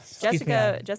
Jessica